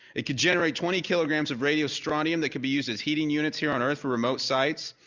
it could generate twenty kilograms of radiostrontium that could be used as heating units here on earth for remote sites.